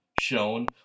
shown